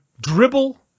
dribble